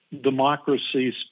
democracies